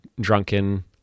drunken